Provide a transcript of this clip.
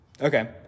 Okay